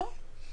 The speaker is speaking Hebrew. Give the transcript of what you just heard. לא.